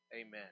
Amen